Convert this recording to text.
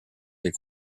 des